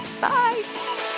Bye